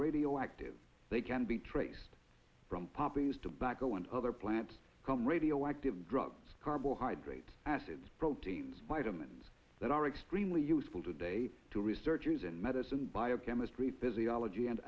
radioactive they can be traced from poppies tobacco and other plants from radioactive drugs carbohydrates acids proteins vitamins that are extremely useful today to researchers in medicine biochemistry physiology and